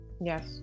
yes